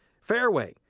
fairway,